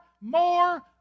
more